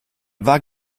war